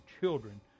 children